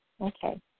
Okay